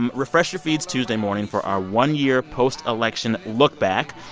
um refresh your feeds tuesday morning for our one-year post-election lookback.